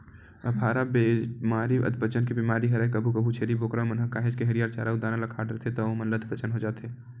अफारा बेमारी अधपचन के बेमारी हरय कभू कभू छेरी बोकरा मन ह काहेच के हरियर चारा अउ दाना ल खा डरथे त ओमन ल अधपचन हो जाथे